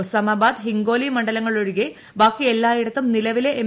ഒസാമാബാദ് ഹിംഗോലി മണ്ഡലങ്ങളൊഴികെ ബാക്കിയെല്ലായിടത്തും നിലവിലെ എം